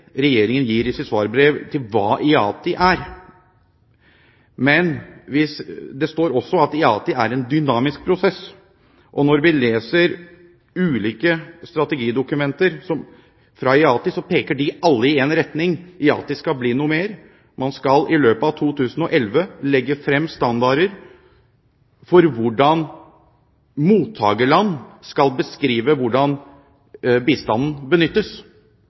regjeringen gir i sitt svarbrev, av hva IATI er. Men det står også at IATI er en «dynamisk» prosess, og når vi leser ulike strategidokumenter fra IATI, peker alle i én retning: IATI skal bli noe mer. Man skal i løpet av 2011 legge frem standarder for hvordan mottakerland skal beskrive hvordan bistanden benyttes